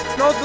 no